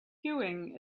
queuing